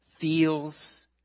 feels